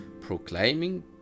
proclaiming